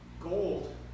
Gold